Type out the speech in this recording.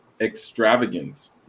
extravagant